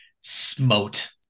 smote